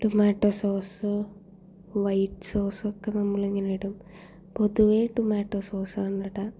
tomato സോസോ white സോസൊക്കെ നമ്മളിങ്ങനെ ഇടും പൊതുവേ ടൊമാറ്റോ സോസാണിടുക